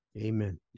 Amen